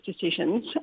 decisions